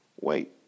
Wait